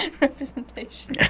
representation